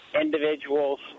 individuals